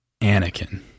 Anakin